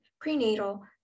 prenatal